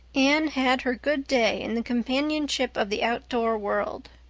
anne had her good day in the companionship of the outdoor world.